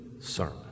sermon